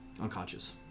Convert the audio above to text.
Unconscious